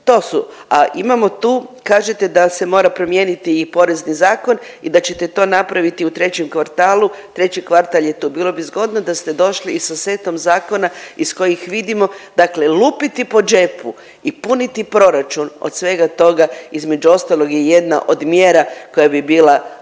to su, a imamo tu kažete da se mora promijeniti i porezni zakon i da ćete to napraviti u trećem kvartalu. Treći kvartal je tu. Bilo bi zgodno da ste došli i sa setom zakona iz kojih vidimo, dakle lupiti po džepu i puni proračun od svega toga između ostalog je jedna od mjera koja bi bila zaista